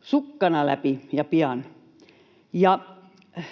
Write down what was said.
sukkana läpi, ja pian.